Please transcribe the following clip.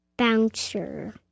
Bouncer